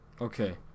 Okay